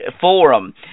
Forum